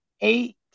eight